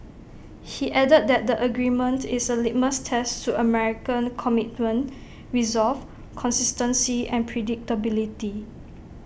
he added that the agreement is A litmus test to American commitment resolve consistency and predictability